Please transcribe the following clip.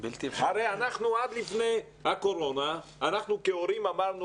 הרי עד לפני הקורונה אנחנו כהורים אמרנו